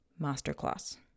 masterclass